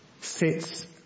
sits